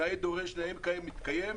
נאה דורש, נאה מקיים, זה כבר מתקיים.